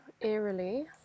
eerily